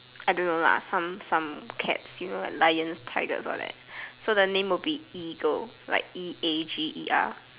I don't know lah some some cats you know like lions Tigers all that so the name will be eager like E a G E R